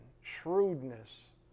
shrewdness